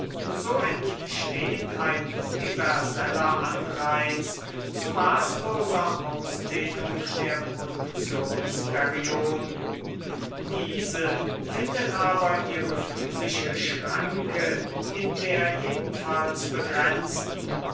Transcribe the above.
so entsteht ein universeller anreiz zu maßloser ausdehnung der produktionsperioden diese findet aber ihre physische schranke in der jedenfalls begrenzten